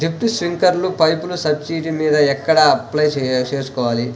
Drip, స్ప్రింకర్లు పైపులు subsidy మీద ఎక్కడ అప్లై చేసుకోవాలి?